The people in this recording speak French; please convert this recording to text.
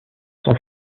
sont